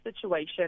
situation